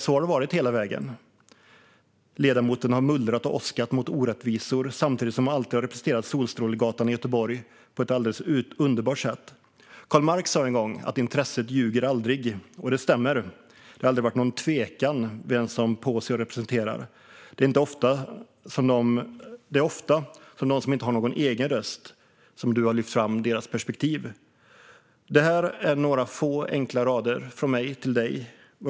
Så har det varit hela vägen - ledamoten har mullrat och åskat mot orättvisor samtidigt som hon alltid har representerat Solstrålegatan i Göteborg på ett alldeles underbart sätt. Karl Marx sa en gång att intresset aldrig ljuger, och det stämmer. Det har aldrig varit någon tvekan om vem Posio representerar. Hon har ofta lyft fram dem som inte har någon egen röst och deras perspektiv. Detta är några få enkla rader från mig till dig, Yasmine Posio.